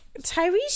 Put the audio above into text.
Tyrese